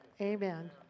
amen